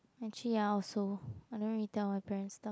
actually ya also I don't really tell my parents stuff